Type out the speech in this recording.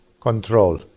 control